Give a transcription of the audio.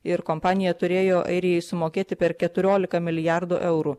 ir kompanija turėjo airijai sumokėti per keturiolika milijardų eurų